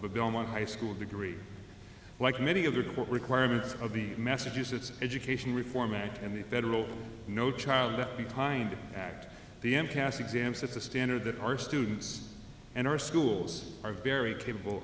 a belmont high school degree like many of the quote requirements of the massachusetts education reform act and the federal no child left behind act the m p s exams that's a standard that our students and our schools are very capable